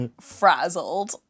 frazzled